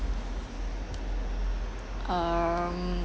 um